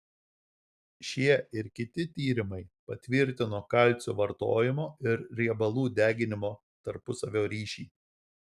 šie ir kiti tyrimai patvirtino kalcio vartojimo ir riebalų deginimo tarpusavio ryšį